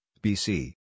BC